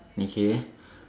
okay